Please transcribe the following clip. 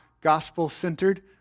gospel-centered